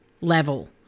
level